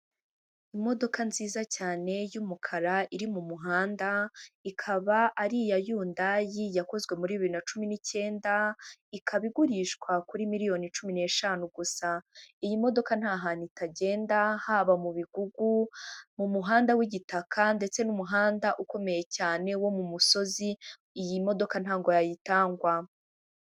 Imodoka nziza cyane y'umukara iri mu muhanda, ikaba ari iya Hyundai yakozwe muri bibiri na cumi n'icyenda, ikaba igurishwa kuri miliyoni cumi n'eshanu gusa. Iyi modoka nta hantu itagenda, haba mu bigugu, mu muhanda w'igitaka ndetse n'umuhanda ukomeye cyane wo mu musozi, iyi modoka ntabwo yayitangwa.